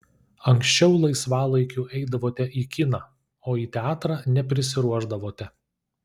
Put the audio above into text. anksčiau laisvalaikiu eidavote į kiną o į teatrą neprisiruošdavote